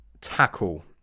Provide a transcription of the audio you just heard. tackle